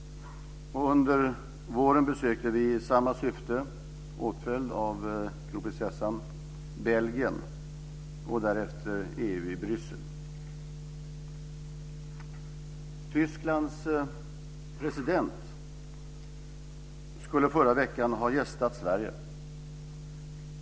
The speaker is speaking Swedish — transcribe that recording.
Under våren besökte vi i samma syfte, åtföljda av kronprinsessan, Belgien och därefter Tysklands president skulle förra veckan ha gästat Sverige.